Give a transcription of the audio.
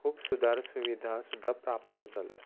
खूब सुदार सुविधा सुद्दां प्राप्त जाल्यात